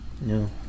No